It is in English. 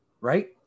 right